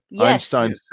Einstein